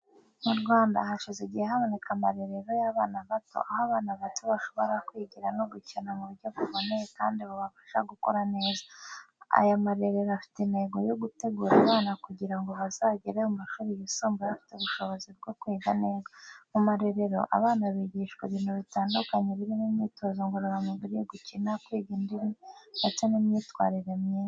Mu Rwanda, hashize igihe haboneka amarerero y’abana bato, aho abana bato bashobora kwigira no gukina mu buryo buboneye kandi bubafasha gukura neza. Aya marerero afite intego yo gutegura abana kugira ngo bazagere ku mashuri yisumbuye bafite ubushobozi bwo kwiga neza. Mu marerero, abana bigishwa ibintu bitandukanye birimo imyitozo ngororamubiri, gukina, kwiga indimi, ndetse n’imyitwarire myiza.